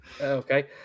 Okay